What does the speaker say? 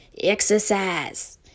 Exercise